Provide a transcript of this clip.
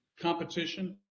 competition